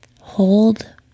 Hold